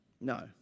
No